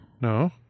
No